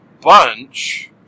bunch